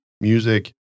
music